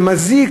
זה מזיק.